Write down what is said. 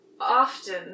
often